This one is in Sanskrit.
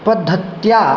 पद्धत्या